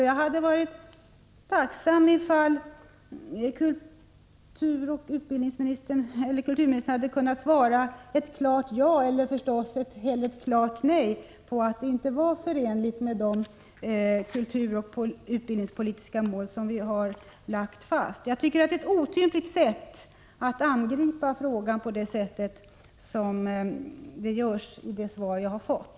Jag hade varit tacksam om kulturministern hade kunnat svara ett klart ja eller helst ett klart nej, dvs. att det inte var förenligt med de kulturoch utbildningspolitiska mål som fastlagts. I detta svar har frågan angripits på ett otympligt sätt.